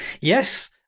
Yes